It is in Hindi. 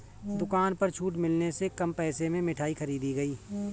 दुकान पर छूट मिलने से कम पैसे में मिठाई खरीदी गई